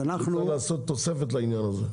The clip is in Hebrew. צריך לעשות תוספת לעניין הזה.